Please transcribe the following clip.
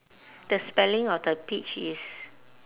the spelling of the peach is